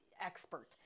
expert